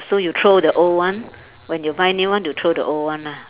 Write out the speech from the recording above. so you throw the old one when you buy new one you throw the old one lah